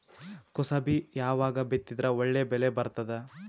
ಕುಸಬಿ ಯಾವಾಗ ಬಿತ್ತಿದರ ಒಳ್ಳೆ ಬೆಲೆ ಬರತದ?